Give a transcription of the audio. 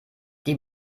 die